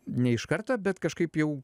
ne iš karto bet kažkaip jau